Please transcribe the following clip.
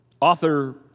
author